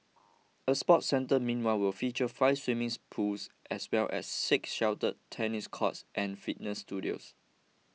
a sports centre meanwhile will feature five swimming pools as well as six sheltered tennis courts and fitness studios